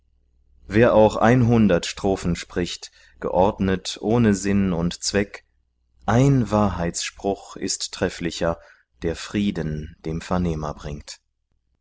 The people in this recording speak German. wer auch ein hundert strophen spricht geordnet ohne sinn und zweck ein wahrheitspruch ist trefflicher der frieden dem vernehmer bringt